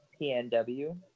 pnw